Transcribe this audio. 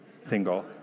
single